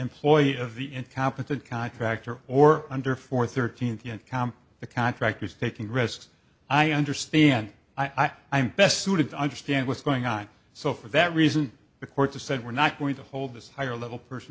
employee of the incompetent contractor or under for thirteen comp the contractors taking risks i understand i'm best suited to understand what's going on so for that reason the courts have said we're not going to hold this higher level person